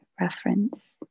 reference